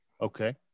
Okay